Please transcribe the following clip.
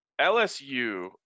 LSU